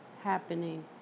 happening